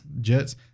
Jets